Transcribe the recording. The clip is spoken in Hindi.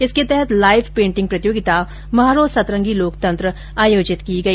इसके तहत लाइव पेंटिंग प्रतियोगिता म्हारो संतरगी लोकतंत्र आयोजित की गई